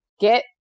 Get